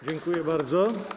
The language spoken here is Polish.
Dziękuję bardzo.